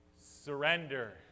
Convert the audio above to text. Surrender